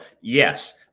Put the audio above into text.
yes